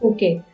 Okay